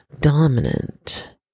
dominant